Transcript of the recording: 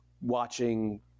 watching